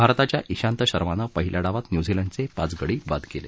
भारताच्या इशांत शर्मानं पहिल्या डावात न्यूझीलंडचे पाच गडी बाद केले